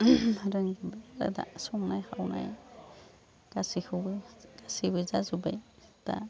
रोंबाय दा संनाय खावनाय गासैखौबो गासैबो जाजोब्बाय दा